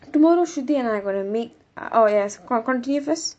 tomorrow shruthi and I gonna meet ah oh ya co~ continue first